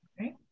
Okay